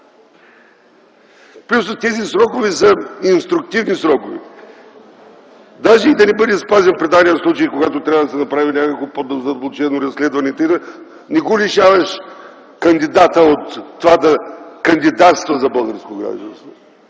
това тези срокове са инструктивни срокове. Даже и да не бъде спазен при даден случай, когато трябва да се направи някакво по задълбочено разследване, не лишаваш кандидата от това да кандидатства за българско гражданство.